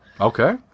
Okay